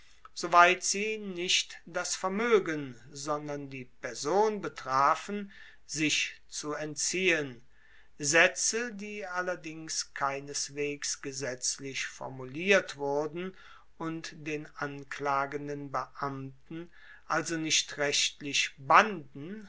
soweit sie nicht das vermoegen sondern die person betrafen sich zu entziehen saetze die allerdings keineswegs gesetzlich formuliert wurden und den anklagenden beamten also nicht rechtlich banden